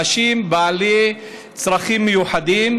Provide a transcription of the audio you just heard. אנשים בעלי צרכים מיוחדים,